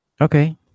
Okay